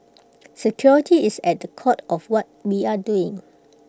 security is at the core of what we are doing